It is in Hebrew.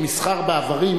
כמסחר באיברים,